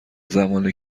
زمان